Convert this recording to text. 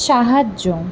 সাহায্য